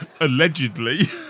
Allegedly